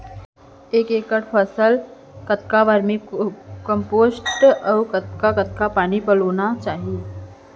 एक एकड़ फसल कतका वर्मीकम्पोस्ट अऊ कतका कतका पानी पलोना चाही?